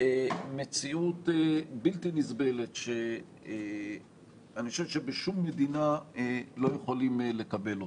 מציאות בלתי נסבלת שאני חושב שבשום מדינה לא יכולים לקבל אותה,